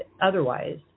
otherwise